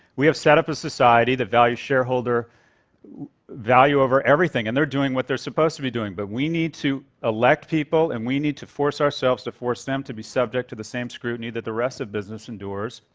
we have set up a society that values shareholder value over everything, and they're doing what they're supposed to be doing. but we need to elect people, and we need to force ourselves to force them to be subject to the same scrutiny that the rest of business endures,